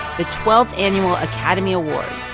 the twelfth annual academy awards,